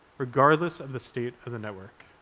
regardless of the state of the network.